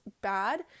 bad